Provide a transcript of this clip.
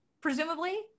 presumably